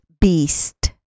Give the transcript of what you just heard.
Beast